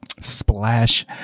Splash